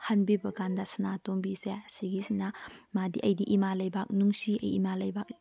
ꯍꯟꯕꯤꯕ ꯀꯥꯟꯗ ꯁꯥꯅꯥꯇꯣꯝꯕꯤꯁꯦ ꯁꯤꯒꯤꯁꯤꯅ ꯃꯥꯗꯤ ꯑꯩꯗꯤ ꯏꯃꯥ ꯂꯩꯕꯥꯛ ꯅꯨꯡꯁꯤ ꯑꯩ ꯏꯃꯥ ꯂꯩꯕꯥꯛ